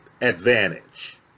advantage